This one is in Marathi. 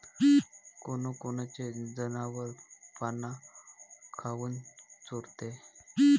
कोनकोनचे जनावरं पाना काऊन चोरते?